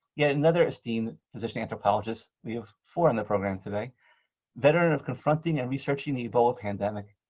yet another esteemed physician-anthropologist we have four on the program today veteran of confronting and researching the ebola pandemic,